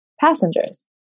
passengers